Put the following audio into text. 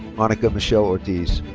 monica michelle ortiz.